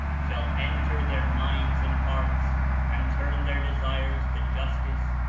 shall enter their minds and hearts and turn their desires to justice,